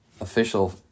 official